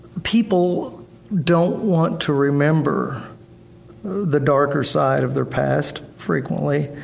people don't want to remember the darker side of their past frequently,